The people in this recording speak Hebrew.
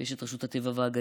ויש את רשות הטבע והגנים,